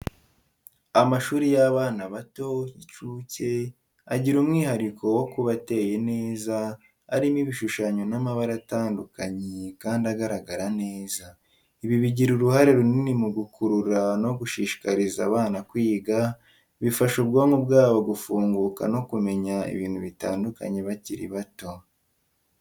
Amashuri y’abana bato (y’incuke) agira umwihariko wo kuba ateye neza, arimo ibishushanyo n’amabara atandukanye kandi agaragara neza. Ibi bigira uruhare runini mu gukurura no gushishikariza abana kwiga, bifasha ubwonko bwabo gufunguka no kumenya ibintu bitandukanye bakiri bato.